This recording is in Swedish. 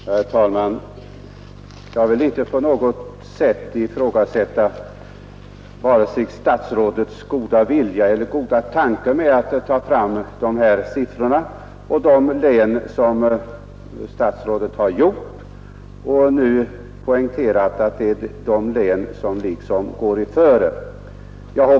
Herr talman! Jag vill inte på något vis ifrågasätta vare sig statsrådets goda vilja eller den goda tanken bakom att peka på de siffror som statsrådet har tagit upp och särskilt poängterat, att det gäller de län som först visar varåt utvecklingen går.